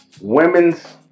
women's